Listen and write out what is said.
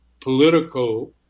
political